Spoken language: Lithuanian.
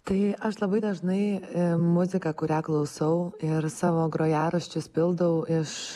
tai aš labai dažnai muziką kurią klausau ir savo grojaraščius pildau iš